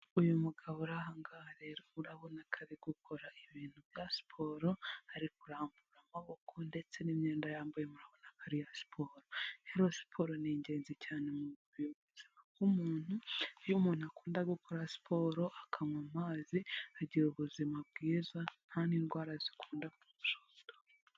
Uyu mugabo uri aha ngaha rero urabona ko arigukora ibintu bya siporo, ari kurambura amaboko ndetse n'imyenda yambaye murabona ko ari iya siporo. Rero siporo ni ingenzi cyane mu buyobozi bw'umuntu iyo umuntu akunda gukora siporo, akanywa amazi agira ubuzima bwiza nta n'indwara zikunda kumushotora.